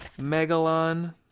Megalon